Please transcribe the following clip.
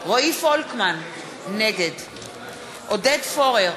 רועי פולקמן, נגד עודד פורר,